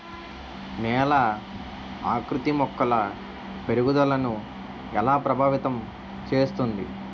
నేల ఆకృతి మొక్కల పెరుగుదలను ఎలా ప్రభావితం చేస్తుంది?